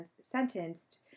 sentenced